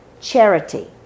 Charity